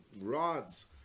rods